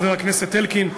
חבר הכנסת אלקין,